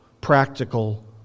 practical